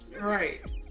Right